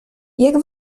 jak